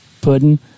pudding